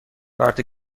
کارت